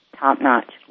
top-notch